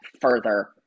further